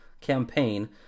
campaign